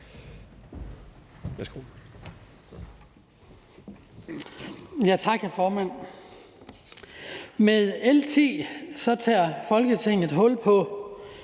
Tak, hr. formand. Med L 10 tager Folketinget hul på